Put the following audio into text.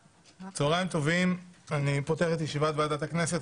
צוהריים טובים, אני פותח את ישיבת ועדת הכנסת.